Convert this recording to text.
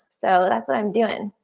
so that's what i'm doing.